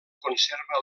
conserva